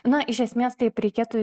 na iš esmės taip reikėtų